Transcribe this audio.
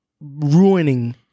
ruining